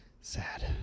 Sad